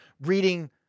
reading